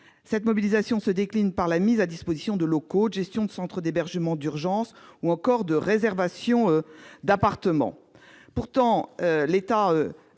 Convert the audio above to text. Cette mobilisation se traduit par la mise à disposition de locaux, la gestion de centres d'hébergement d'urgence ou encore la réservation d'appartements. Chaque année, l'État